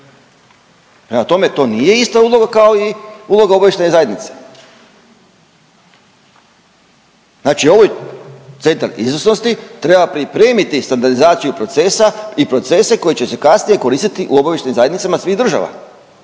prema tome to nije ista uloga kao i uloga obavještajne zajednice. Znači ovaj Centar izvrsnosti treba pripremiti standardizaciju procesa i procese koji će se kasnije koristiti u obavještajnim zajednicama svih država.